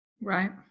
Right